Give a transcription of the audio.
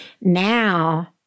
Now